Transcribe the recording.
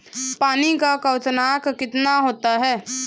पानी का क्वथनांक कितना होता है?